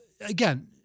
again